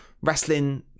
wrestling